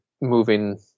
moving